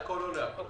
לעכו או להכל?